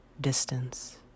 Distance